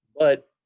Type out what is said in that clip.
but,